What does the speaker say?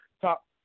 top